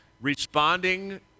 responding